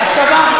הקשבה.